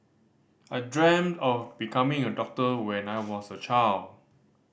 I dreamt of becoming a doctor when I was a child